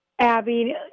Abby